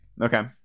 okay